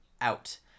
out